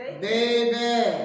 Baby